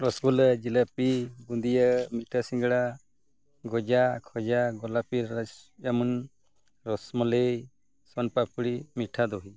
ᱨᱚᱥᱜᱩᱞᱞᱟᱹ ᱡᱤᱞᱟᱹᱯᱤ ᱵᱩᱫᱤᱭᱟᱹ ᱢᱤᱴᱷᱟᱹ ᱥᱤᱸᱜᱟᱹᱲᱟ ᱜᱚᱡᱟ ᱠᱷᱚᱡᱟ ᱜᱳᱞᱟᱯᱤ ᱨᱚᱥ ᱡᱟᱢᱚᱱ ᱨᱚᱥᱢᱟᱞᱟᱭ ᱥᱚᱱ ᱯᱟᱯᱲᱤ ᱢᱤᱴᱷᱟ ᱫᱚᱦᱤ